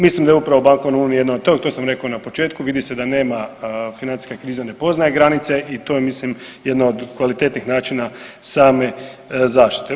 Mislim da je upravo bankovna unija jedna od toga, to sam rekao i na početku, vidi se da nema, financijska kriza ne poznaje granice i to je mislim jedan od kvalitetnih načina same zaštite.